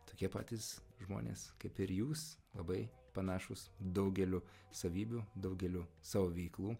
tokie patys žmonės kaip ir jūs labai panašūs daugeliu savybių daugeliu savo veiklų